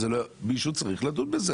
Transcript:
מישהו צריך לדון בזה.